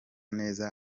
neza